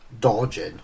Dodging